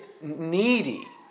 needy